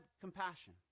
compassion